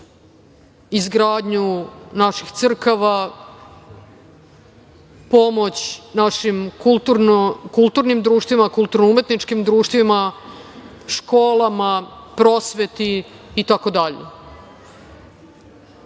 izgradnju naših crkava, pomoć našim kulturnim društvima, kulturno-umetničkim društvima, školama, prosveti,